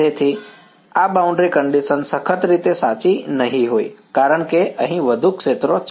તેથી આ boundary condition સખત રીતે સાચી નહીં હોય કારણ કે અહીં વધુ ક્ષેત્રો છે